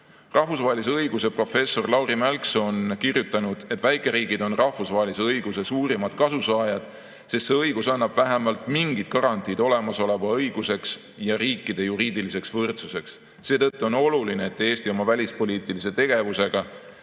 Rahvusvahelise õiguse professor Lauri Mälksoo on kirjutanud, et väikeriigid on suurimad rahvusvahelisest õigusest kasusaajad, sest see õigus annab vähemalt mingid garantiid olemasolu õiguseks ja riikide juriidiliseks võrdsuseks. Seetõttu on oluline, et Eesti oma välispoliitilise tegevusega